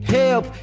help